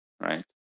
right